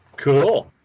cool